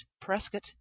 Prescott